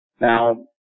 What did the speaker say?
Now